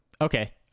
Okay